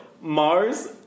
Mars